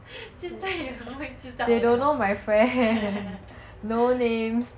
现在可能会知道 liao